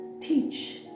teach